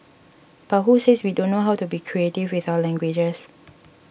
but who says we don't know how to be creative with our languages